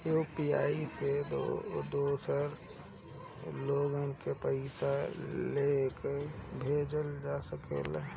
UPI से दोसर लोग के पइसा के लेखा भेज सकेला?